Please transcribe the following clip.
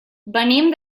venim